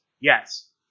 yes